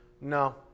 No